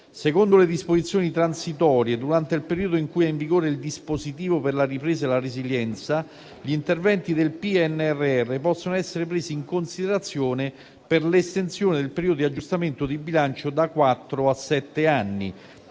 Secondo le disposizioni transitorie, durante il periodo in cui è in vigore il dispositivo per la ripresa e la resilienza, gli interventi del PNRR possono essere presi in considerazione per l'estensione del periodo di aggiustamento di bilancio da quattro